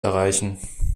erreichen